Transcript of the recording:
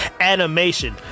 animation